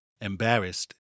Embarrassed